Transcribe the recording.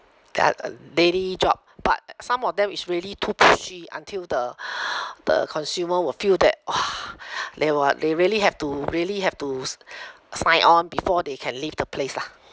that uh lady job but some of them is really too pushy until the the consumer will feel that !wah! they what they really have to really have to s~ sign on before they can leave the place lah